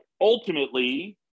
ultimately